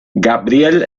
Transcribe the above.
gabriel